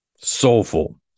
Soulful